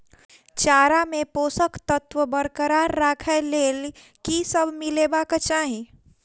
चारा मे पोसक तत्व बरकरार राखै लेल की सब मिलेबाक चाहि?